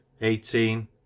eighteen